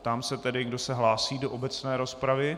Ptám se, kdo se hlásí do obecné rozpravy.